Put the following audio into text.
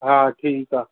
हा ठीकु आहे